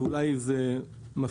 ואולי זה מפתיע,